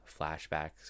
flashbacks